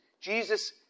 Jesus